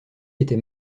était